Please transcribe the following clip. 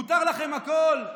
מותר לכם הכול?